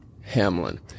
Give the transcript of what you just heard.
Hamlin